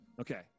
Okay